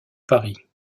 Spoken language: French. paris